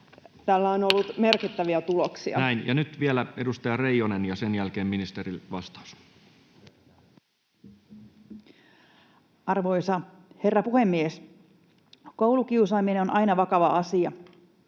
koputtaa] merkittäviä tuloksia. Näin. — Ja nyt vielä edustaja Reijonen, ja sen jälkeen ministeriltä vastaus. Arvoisa herra puhemies! Koulukiusaaminen on aina vakava asia: